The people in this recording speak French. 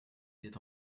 s’est